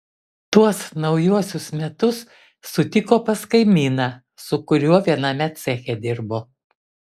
tuos naujuosius metus sutiko pas kaimyną su kuriuo viename ceche dirbo